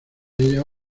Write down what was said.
ella